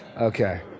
Okay